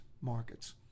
markets